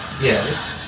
Yes